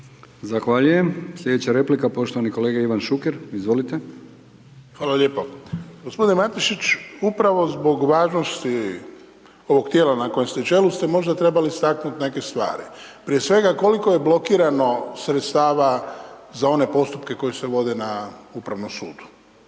Zahvaljujem. Slijedeća replika poštovani kolega Ivan Šuker, izvolite. **Šuker, Ivan (HDZ)** Hvala lijepo, gospodine Matešić upravo zbog važnosti ovog tijela na kojem ste čelu ste možda trebali istaknuti neke stvari. Prije svega koliko je blokirano sredstava za one postupke koji se vode na Upravnom sudu,